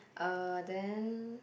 uh then